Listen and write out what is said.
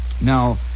Now